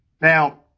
Now